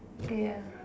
ya